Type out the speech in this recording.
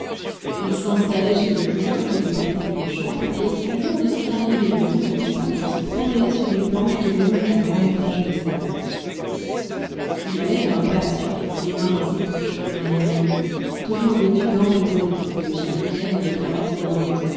il s'installait chez des cousins qui lui prêtaient une chambre et du jour de son arrivée au jour du départ il se promenait sur les planches qui longent la grande plage de sable il allait d'un pas assuré les mains dans ses poches ou derrière le dos toujours vêtu d'amples habits de gilets clairs et de cravates voyantes